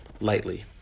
lightly